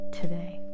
today